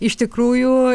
iš tikrųjų